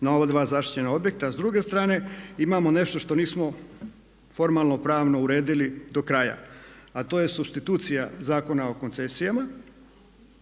na ova dva zaštićena objekta. A s druge strane imamo nešto što nismo formalno pravno uredili do kraja a to je supstitucija Zakona o koncesijama